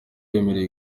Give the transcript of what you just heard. bemerewe